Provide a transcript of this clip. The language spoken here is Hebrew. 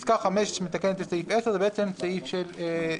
(5) היא מתקנת את סעיף 10. זה סעיף התאמה,